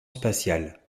spatiale